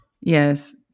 Yes